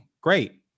great